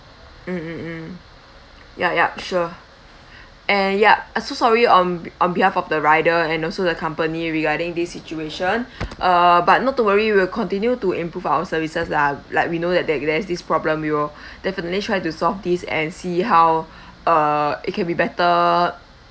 ya yup sure and yup uh so sorry on on behalf of the rider and also the company regarding this situation uh but not to worry we'll continue to improve our services lah like we know that there there's this problem we will definitely try to solve this and see how uh it can be better